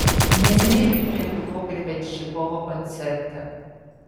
neseniai vilniuje buvau grebenščikovo koncerte